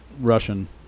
Russian